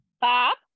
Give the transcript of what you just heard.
Bob